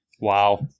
Wow